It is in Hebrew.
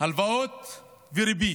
הלוואות וריבית.